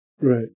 Right